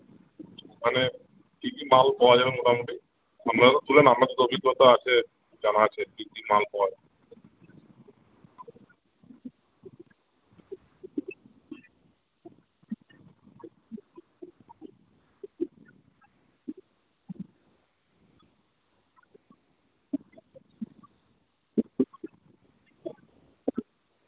ওখানে কী কী মাল পাওয়া যায় মোটামুটি আপনারা তো তোলেন আপনাদের তো অভিজ্ঞতা আছে জানা আছে কী কী মাল পাওয়া যায়